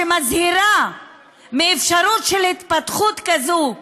מאחת שמזהירה מאפשרות של התפתחות כזאת,